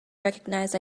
recognized